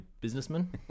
businessman